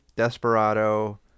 desperado